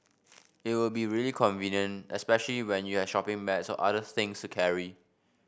it would be really convenient especially when you have shopping bags or other things to carry